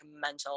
mental